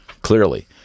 clearly